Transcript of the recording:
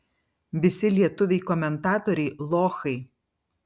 visi lietuviai komentatoriai lochai